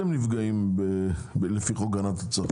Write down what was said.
סעיף 50, איך אתם נפגעים לפי חוק הגנת הצרכן?